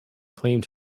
claimed